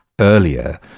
earlier